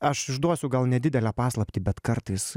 aš išduosiu gal nedidelę paslaptį bet kartais